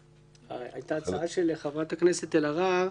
הייתה הצעה של חברת הכנסת אלהרר,